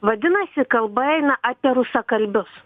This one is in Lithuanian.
vadinasi kalba eina apie rusakalbius